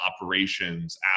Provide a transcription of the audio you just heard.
operations